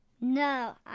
No